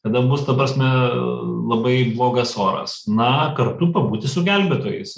tada bus ta prasme labai blogas oras na kartu pabūti su gelbėtojais